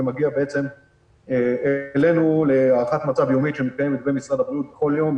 זה מגיע אלינו להערכת מצב יומית שמתקיימת במשרד הבריאות בכל יום,